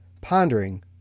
pondering